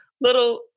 little